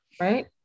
right